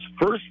first